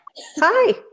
Hi